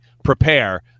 prepare